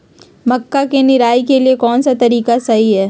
मक्का के निराई के लिए कौन सा तरीका सही है?